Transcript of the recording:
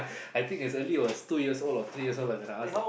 I think as early was two years old or three years old I gonna ask